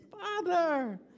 Father